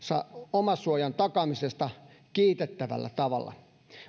omasuojan takaamisesta kiitettävällä tavalla